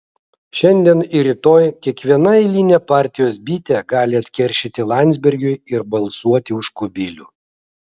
šiandien ir rytoj kiekviena eilinė partijos bitė gali atkeršyti landsbergiui ir balsuoti už kubilių